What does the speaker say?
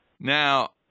Now